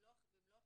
במלוא הכנות,